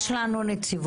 יש כאן נציבות.